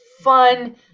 fun